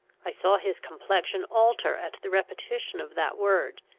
i saw his complexion alter at the repetition of that word.